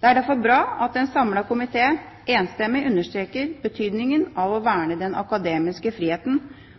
Det er derfor bra at en samlet komité enstemmig understreker betydninga av å verne den akademiske friheten,